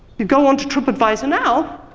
you go on to tripadvisor now,